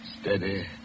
steady